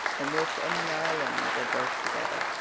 and we're from the island, said both together.